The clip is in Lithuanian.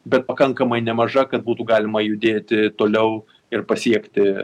bet pakankamai nemaža kad būtų galima judėti toliau ir pasiekti